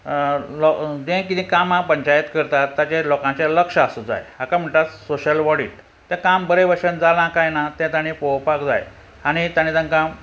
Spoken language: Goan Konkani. जे कितें काम पंचायत करतात ताचे लोकांचे लक्ष आसूंक जाय हाका म्हणटा सोशल वॉडीट ते काम बरें भशेन जालां कांय ना तें ताणें पळोपाक जाय आनी ताणें तांकां